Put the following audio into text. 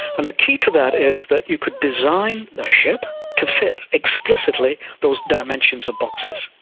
and the key to that is that you could design a ship to fit exclusively those dimensions of boxes.